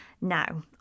Now